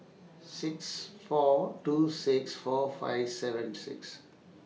six four two six four five seven six